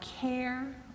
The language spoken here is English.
care